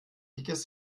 dickes